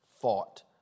fought